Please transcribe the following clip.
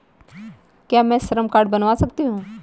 क्या मैं श्रम कार्ड बनवा सकती हूँ?